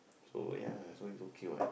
so ya lah so it's okay what